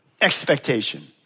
expectation